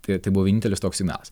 tai tai buvo vienintelis toks signalas